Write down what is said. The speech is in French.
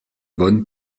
bonnes